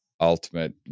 ultimate